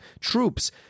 troops